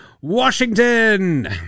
Washington